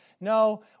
No